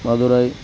Madurai